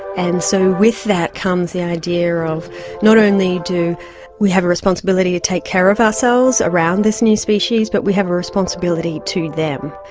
and so with that comes the idea of not only do we have a responsibility to take care of ourselves around this new species but we have a responsibility to them.